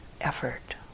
effort